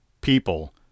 people